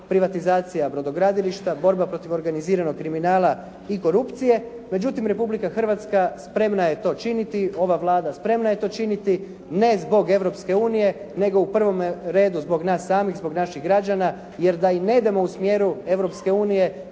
privatizacija brodogradilišta, borba protiv organiziranog kriminala i korupcije. Međutim, Republika Hrvatska spremna je to činiti, ova Vlada spremna je to činiti, ne zbog Europske unije nego u prvome redu zbog nas samih, zbog naših građana jer da i ne idemo u smjeru